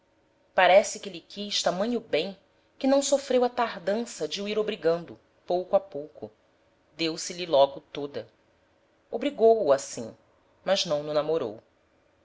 parece que lhe quis tamanho bem que não sofreu a tardança de o ir obrigando pouco a pouco deu se lhe logo toda obrigou-o assim mas não no namorou